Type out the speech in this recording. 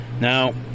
Now